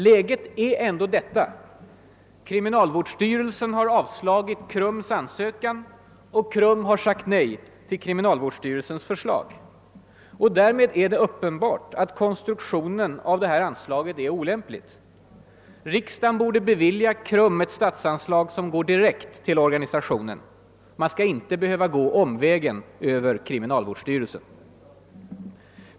Läget är ändå det att kriminalvårdsstyrelsen har avslagit KRUM:s ansökan och KRUM har sagt nej till kriminalvårdsstyrelsens förslag. Därmed är det uppenbart att konstruktionen av anslaget är olämplig. Riksdagen borde bevilja KRUM ett statsanslag som går direkt till organisationen. Man skall inte behöva gå omvägen över kriminalvårdsstyrelsen.